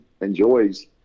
enjoys